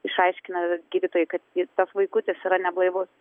išaiškina gydytojai kad ji tas vaikutis yra neblaivus